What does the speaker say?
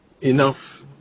enough